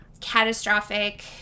catastrophic